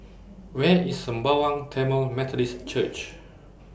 Where IS Sembawang Tamil Methodist Church